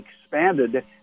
expanded